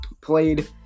played